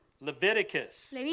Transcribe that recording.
Leviticus